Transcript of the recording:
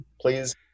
please